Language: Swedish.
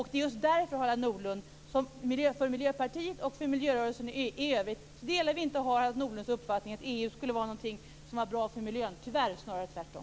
Det är just därför Miljöpartiet och miljörörelsen i övrigt inte delar Harald Nordlunds uppfattning att EU är bra för miljön. Tyvärr är det snarare tvärtom.